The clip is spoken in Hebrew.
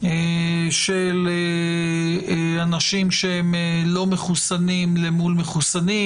של אנשים לא מחוסנים למול מחוסנים,